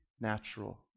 natural